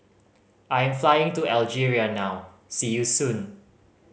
I am flying to Algeria now see you soon